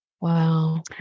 Wow